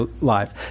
life